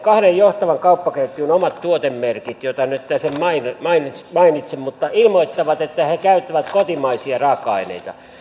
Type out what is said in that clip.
kahden johtavan kauppaketjun omat tuotemerkit joita nyt tässä en mainitse ilmoittavat että he käyttävät kotimaisia raaka aineita